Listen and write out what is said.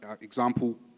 example